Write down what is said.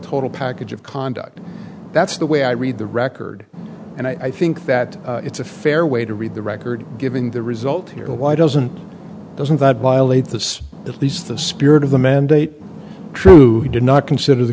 total package of conduct that's the way i read the record and i think that it's a fair way to read the record given the result here why doesn't doesn't that violate the at least the spirit of the mandate true did consider the